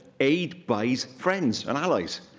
aid buys friends and allies.